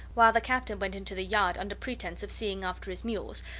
while the captain went into the yard under pretense of seeing after his mules,